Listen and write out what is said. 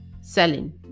selling